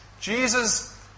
Jesus